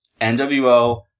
NWO